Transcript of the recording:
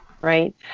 right